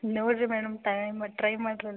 ನೋಡಿರಿ madam time try ಮಾಡ್ರಲಾ ಇನ್ನೂ